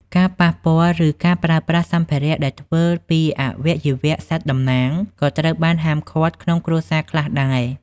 ការប៉ះពាល់ ឬការប្រើប្រាស់សម្ភារៈដែលធ្វើពីអវយវៈសត្វតំណាង ក៏ត្រូវបានហាមឃាត់ក្នុងគ្រួសារខ្លះដែរ។